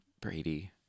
Brady